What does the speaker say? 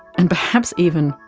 and perhaps even,